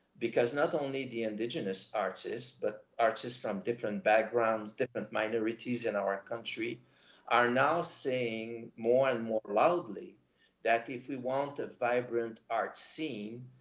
because not only the indigenous artists, but artists from different backgrounds, different minorities in our country are now saying more and more loudly that if we want a vibrant art scene,